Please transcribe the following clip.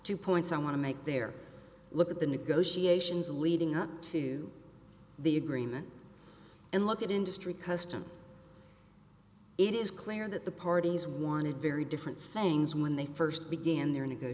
two points i want to make there look at the negotiations leading up to the agreement and look at industry custom it is clear that the parties wanted very different things when they first began the